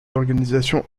organisations